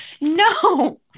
No